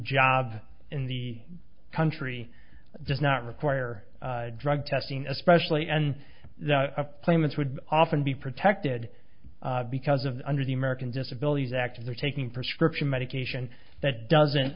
job in the country does not require drug testing especially and the claimants would often be protected because of under the american disabilities act they're taking prescription medication that doesn't